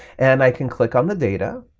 and i can click on the data,